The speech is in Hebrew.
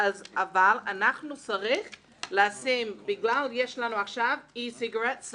אנחנו צריכים לשים לב בגלל שיש לנו עכשיו סיגריות אלקטרוניות,